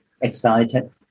excited